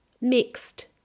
mixed